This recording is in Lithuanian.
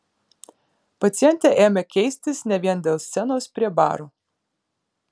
pacientė ėmė keistis ne vien dėl scenos prie baro